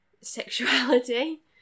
sexuality